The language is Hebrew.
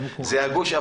זה הגוש.